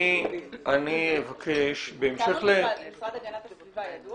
במשרד להגנת הסביבה ידוע